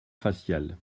facial